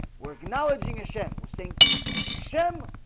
were acknowledging a shame we sink a shem.